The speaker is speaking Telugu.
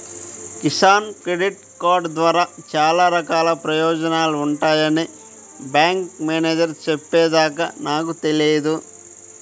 కిసాన్ క్రెడిట్ కార్డు ద్వారా చాలా రకాల ప్రయోజనాలు ఉంటాయని బ్యాంకు మేనేజేరు చెప్పే దాకా నాకు తెలియదు